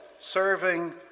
serving